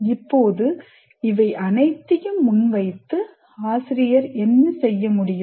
இப்போது இவை அனைத்தையும் முன்வைத்து ஆசிரியர் என்ன செய்ய முடியும்